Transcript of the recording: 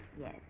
Yes